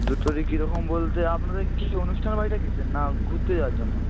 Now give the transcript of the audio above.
দুটোরই কীরকম বলতে আপনাদের কী অনুষ্ঠান বাড়িটা কীসের না ঘুরতে যাওয়ার জন্য